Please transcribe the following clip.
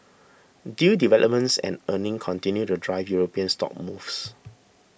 deal developments and earnings continued to drive European stock moves